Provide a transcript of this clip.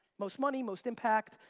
most money, most impact,